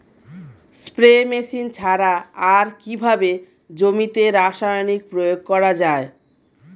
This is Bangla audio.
স্প্রে মেশিন ছাড়া আর কিভাবে জমিতে রাসায়নিক প্রয়োগ করা যায়?